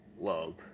love